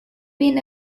been